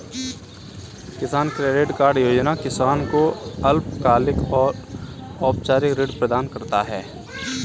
किसान credit card योजना किसान को अल्पकालिक औपचारिक ऋण प्रदान करता है